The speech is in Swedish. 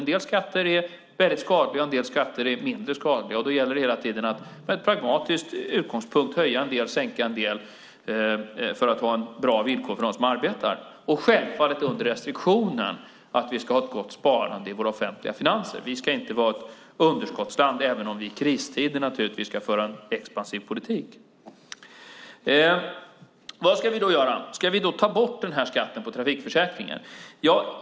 En del skatter är väldigt skadliga, en del skatter är mindre skadliga. Det gäller hela tiden att med en pragmatisk utgångspunkt höja en del, sänka en del för att få bra villkor för dem som arbetar, självfallet under restriktionen att vi ska ha ett gott sparande i våra offentliga finanser. Vi ska inte vara ett underskottsland även om vi i kristider naturligtvis ska föra en expansiv politik. Vad ska vi göra? Ska vi ta bort skatten på trafikförsäkringen?